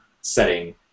setting